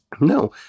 No